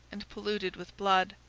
and polluted with blood.